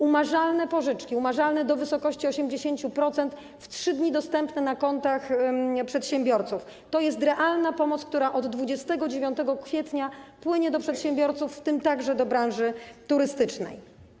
Umarzalne pożyczki, umarzalne do wysokości 80%, w 3 dni dostępne na kontach przedsiębiorców - to jest realna pomoc, która od 29 kwietnia płynie do przedsiębiorców, w tym także do branży turystycznej.